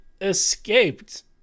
escaped